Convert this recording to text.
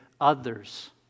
others